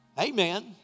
Amen